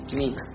mix